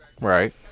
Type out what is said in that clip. right